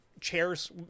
chairs